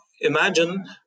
Imagine